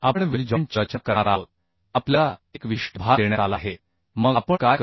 आपण वेल्ड जॉईंटची रचना करणार आहोत आपल्याला एक विशिष्ट भार देण्यात आला आहे मग आपण काय करू